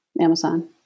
Amazon